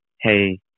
hey